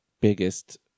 biggest